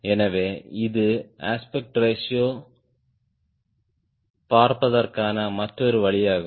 எனவே இது aspect ratio பார்ப்பதற்கான மற்றொரு வழியாகும்